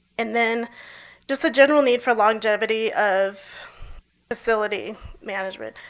and then just the general need for longevity of facility management.